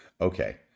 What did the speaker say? okay